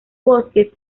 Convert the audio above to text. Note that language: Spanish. bosques